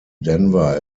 denver